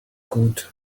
good